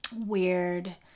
weird